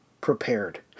prepared